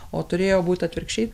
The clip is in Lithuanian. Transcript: o turėjo būt atvirkščiai